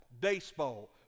baseball